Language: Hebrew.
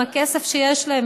עם הכסף שיש להם,